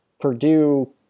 Purdue